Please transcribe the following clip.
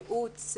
ייעוץ,